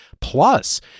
Plus